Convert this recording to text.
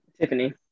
Tiffany